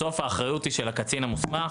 בסוף האחריות היא של הקצין המוסמך.